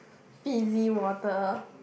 fizzy water